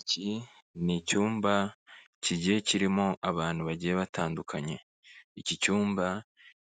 Iki ni icyumba kigiye kirimo abantu bagiye batandukanye, iki cyumba